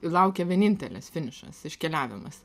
laukia vienintelis finišas iškeliavimas